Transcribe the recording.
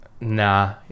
Nah